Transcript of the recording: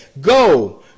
go